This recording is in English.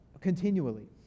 continually